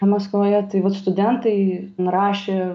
maskvoje tai vat studentai nurašė